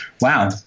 wow